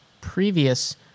previous